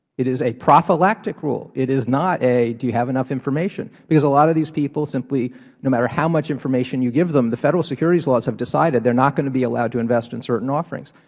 it is a prophylactic rule. it is not a do you have enough information? a lot of these people, simply no matter how much information you give them, the federal securities laws have decided they're not going to be allowed to invest in certain offerings.